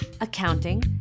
accounting